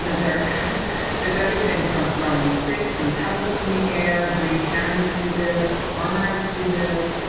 you know there there is everything from throwing sticks and pebbles in the air, green herons do this, cormorants do this,